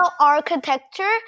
Architecture